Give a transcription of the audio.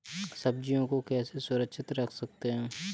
सब्जियों को कैसे सुरक्षित रख सकते हैं?